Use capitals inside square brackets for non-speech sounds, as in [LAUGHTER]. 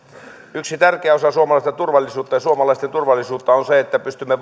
yksi tärkeä osa suomalaista turvallisuutta ja suomalaisten turvallisuutta on se että pystymme [UNINTELLIGIBLE]